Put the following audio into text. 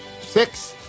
Six